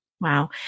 Wow